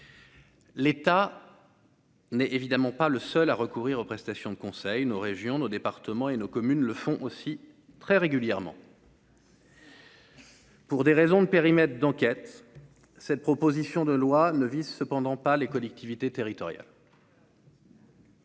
L'état. N'est évidemment pas le seul à recourir aux prestations de conseil nos régions, nos départements et nos communes le font aussi très régulièrement. Pour des raisons de périmètre d'enquête, cette proposition de loi ne vise cependant pas les collectivités territoriales.